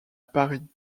paris